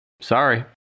Sorry